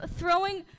throwing